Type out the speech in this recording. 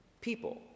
People